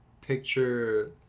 picture